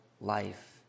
life